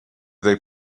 they